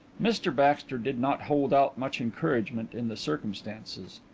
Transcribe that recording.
mr baxter did not hold out much encouragement in the circumstances.